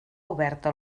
oberta